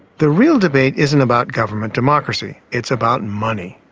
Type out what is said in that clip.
the real debate isn't about government democracy it's about money.